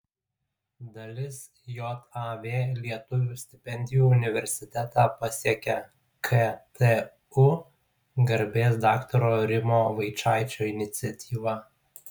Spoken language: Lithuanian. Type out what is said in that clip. dalis jav lietuvių stipendijų universitetą pasiekia ktu garbės daktaro rimo vaičaičio iniciatyva